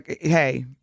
hey